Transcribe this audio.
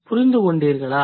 புரிந்து கொண்டீர்களா